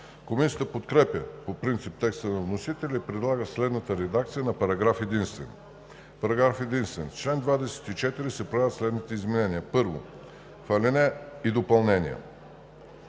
Комисията подкрепя по принцип текста на вносителя и предлага следната редакция на параграф единствен: Параграф единствен. В чл. 24 се правят следните изменения и допълнения: